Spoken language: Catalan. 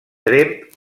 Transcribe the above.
tremp